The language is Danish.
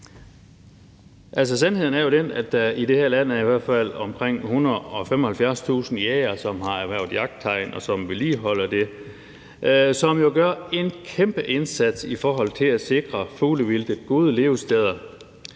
sandheden er jo den, at der i det her land i hvert fald er omkring 175.000 jægere, som har erhvervet jagttegn, og som vedligeholder det, og som jo gør en kæmpe indsats i forhold til at sikre fuglevildtet gode levesteder.